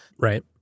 Right